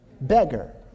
beggar